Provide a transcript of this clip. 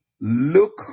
Look